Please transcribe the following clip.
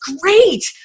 great